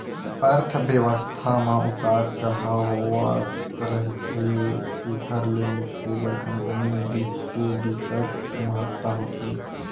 अर्थबेवस्था म उतार चड़हाव होवथ रहिथे तेखर ले निपटे बर कंपनी बित्त के बिकट महत्ता होथे